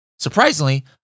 Surprisingly